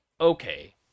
okay